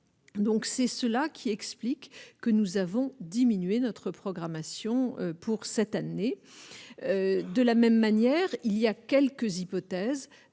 Donc c'est cela qui explique que nous avons diminué notre programmation pour cette année de la même manière, il y a quelques hypothèses